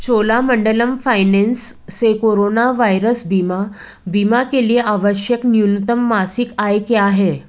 Cholamandalam finance से corona virus बीमा बीमा के लिए आवश्यक न्यूनतम मासिक आय क्या है